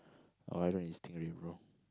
oh I don't eat stringray already bro